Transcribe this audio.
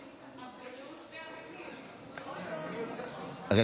הבריאות והפנים.